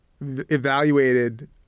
evaluated